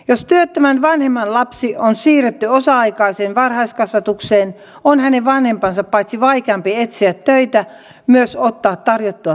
jos työttömän vanhemman lapsi on siirretty osa aikaiseen varhaiskasvatukseen on hänen vanhempansa vaikeampi paitsi etsiä töitä myös ottaa tarjottua työtä vastaan